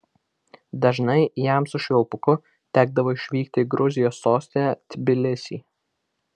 dažnai jam su švilpuku tekdavo išvykti į gruzijos sostinę tbilisį